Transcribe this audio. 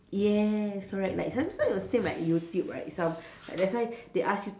yes correct like some sort the same like YouTube right some uh that's why they ask you to